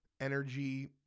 energy